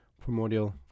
Primordial